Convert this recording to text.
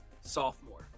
sophomore